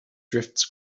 drifts